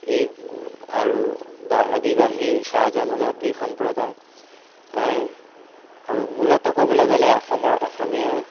ই আৰু বা আদিবাসী চাহ জনজাতি সম্প্ৰদায় এ আৰু মূলতঃ ক'বলৈ গ'লে অসমৰ অসমীয়া